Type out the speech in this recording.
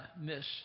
miss